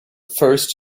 first